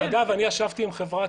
לגבי היעילות